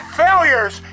failures